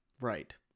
Right